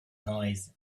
noise